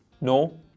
No